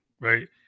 right